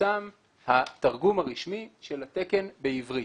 יפורסם התרגום הרשמי של התקן בעברית.